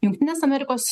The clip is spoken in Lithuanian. jungtinės amerikos